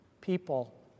people